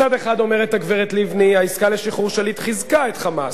מצד אחד אומרת הגברת לבני: העסקה לשחרור שליט חיזקה את "חמאס",